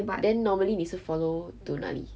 but then normally 你是 follow to 哪里